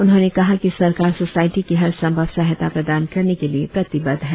उन्होंने कहा कि सरकार सोसायटी की हर संभव सहायता प्रदान करने के लिए प्रतिबद्ध है